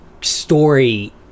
story